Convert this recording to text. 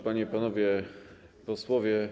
Panie i Panowie Posłowie!